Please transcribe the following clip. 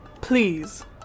Please